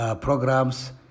programs